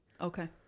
Okay